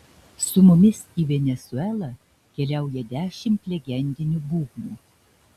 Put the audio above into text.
su mumis į venesuelą keliauja dešimt legendinių būgnų